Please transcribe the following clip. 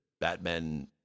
Batman